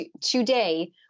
today